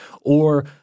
or-